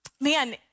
Man